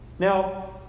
Now